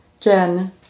Jen